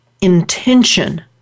intention